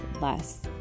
less